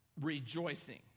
rejoicing